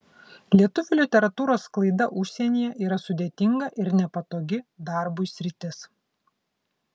lietuvių literatūros sklaida užsienyje yra sudėtinga ir nepatogi darbui sritis